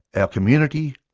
ah community,